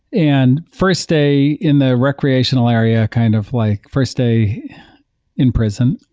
and first day in the recreational area, kind of like first day in prison,